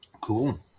Cool